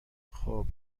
خوب